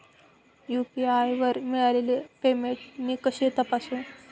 UPI वर मिळालेले payment मी कसे तपासू?